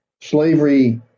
slavery